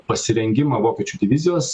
pasirengimą vokiečių divizijos